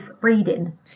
reading